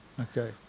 Okay